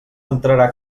entrarà